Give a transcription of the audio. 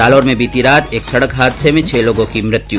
जालौर में बीती रात एक सड़क हादसे में छ लोगों की मृत्यु